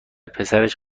پسرش